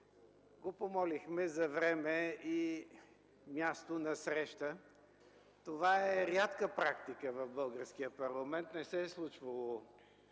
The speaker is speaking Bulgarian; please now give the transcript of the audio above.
Помолихме го за време и място на среща. Това е рядка практика в българския парламент, не се случва